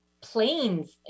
planes